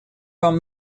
вам